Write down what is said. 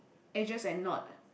ages and knot